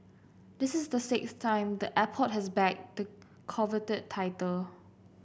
this is the sixth time the airport has bagged the coveted title